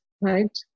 right